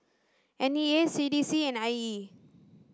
N E A C D C and I E